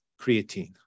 creatine